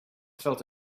felt